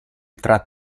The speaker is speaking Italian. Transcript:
tra